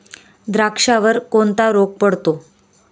द्राक्षावर कोणता रोग पडतो?